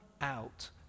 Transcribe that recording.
out